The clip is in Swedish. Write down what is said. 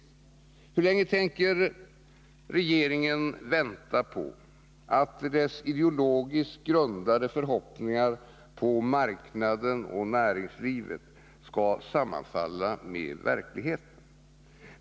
Hur länge tänker regeringen änta på att dess ideologiskt grundade förhoppningar på marknaden och näringslivet skall sammanfalla med verkligheten?